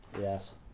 yes